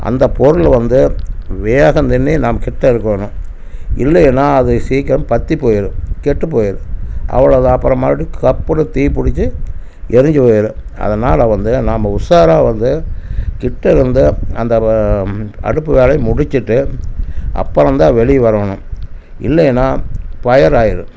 அந்த பொருள் வந்து வேகந்தண்ணி நாம கிட்ட இருக்கணும் இல்லையின்னால் அது சீக்கிரம் வத்தி போயிடும் கெட்டு போயிடும் அவ்வளோ தான் அப்புறம் மறுபடி கப்புன்னு தீப்புடிச்சு எரிஞ்சு போயிடும் அதனால வந்து நாம உஷாராக வந்து கிட்டேருந்து அந்த அடுப்பு வேலைய முடிச்சிட்டு அப்பறம்தான் வெளியே வரணும் இல்லையின்னா ஃபையர் ஆகிரும்